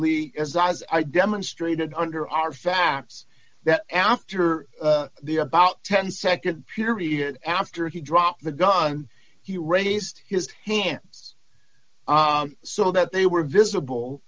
lee as i demonstrated under our facts that after d the about ten nd period after he dropped the gun he raised his hands so that they were visible